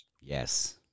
yes